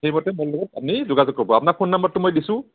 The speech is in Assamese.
সেইমতে আপুনি মোৰ লগত যোগাযোগ কৰিব আপোনাক ফোন নাম্বাৰটো মই দিছোঁ